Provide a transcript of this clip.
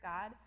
God